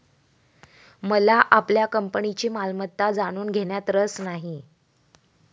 मला आपल्या कंपनीची मालमत्ता जाणून घेण्यात रस नाही